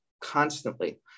constantly